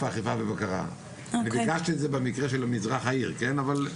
האכיפה ובקרה וביקשתי את זה במקרה של מזרח העיר כן אבל,